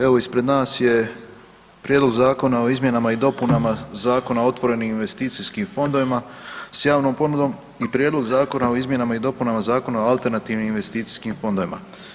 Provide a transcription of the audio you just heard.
Evo ispred nas je Prijedlog zakona o izmjenama i dopunama Zakona o otvorenim investicijskim fondovima s javnom ponudom i Prijedlog zakona o izmjenama i dopunama Zakona o alternativnim investicijskim fondovima.